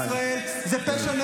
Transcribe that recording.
וזאת בושה.